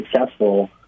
successful